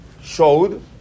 showed